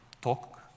talk